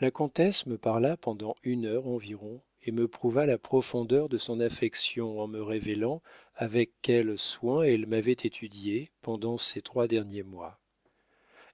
la comtesse me parla pendant une heure environ et me prouva la profondeur de son affection en me révélant avec quel soin elle m'avait étudié pendant ces trois derniers mois